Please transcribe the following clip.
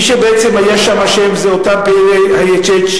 מי שבעצם היה שם אשם זה אותם פעילי ה-IHH,